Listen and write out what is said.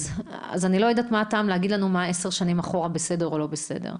אז אני לא יודעת מה הטעם להגיד לנו עשר שנים אחורה מה בסדר או לא בסדר.